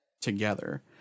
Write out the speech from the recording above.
together